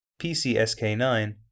PCSK9